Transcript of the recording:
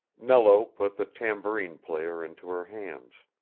nello put the tambourine-player into her hands.